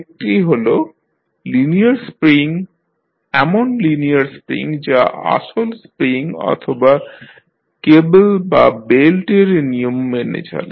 একটি হল linear spring এমন লিনিয়ার স্প্রিং যা আসল স্প্রিং অথবা কেবল বা বেল্ট -এর নিয়ম মেনে চলে